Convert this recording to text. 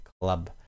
club